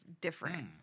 different